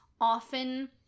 often